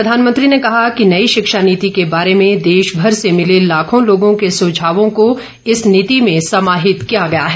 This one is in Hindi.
प्रधानमंत्री ने कहा कि नई शिक्षा नीति के बारे में देशभर से मिले लॉखों लोगों के सुझावों को इस नीति में समाहित किया गया है